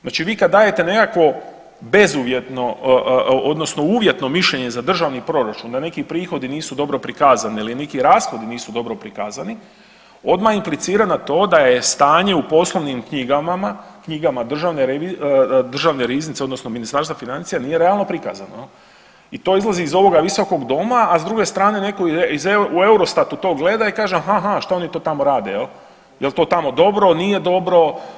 Znači vi kad dajete nekakvo bezuvjetno odnosno uvjetno mišljenje za državni proračun da neki prihodi nisu dobro prikazani ili neki rashodi nisu dobro prikazani odma implicira na to da je stanje u poslovnim knjigama državne riznice odnosno Ministarstva financija nije realno prikazano i to izlazi iz ovog visokog doma, a s druge strane neko u EUROSTAT-u to gleda i kaže ha, ha šta oni to tamo rade jel to tamo dobro, nije dobro.